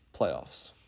playoffs